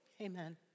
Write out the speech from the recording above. Amen